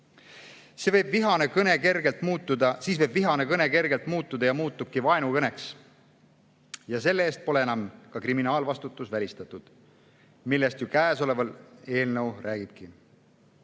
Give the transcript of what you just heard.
Siis võib vihane kõne kergelt muutuda ja muutubki vaenukõneks ja selle eest pole enam ka kriminaalvastutus välistatud. Sellest käesolev eelnõu räägibki. Eelnõu